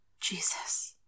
Jesus